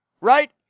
right